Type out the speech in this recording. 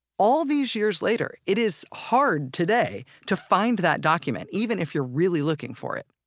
all these years later, it is hard today to find that document even if you're really looking for it